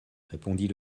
répondit